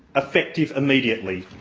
effective immediately.